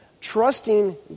trusting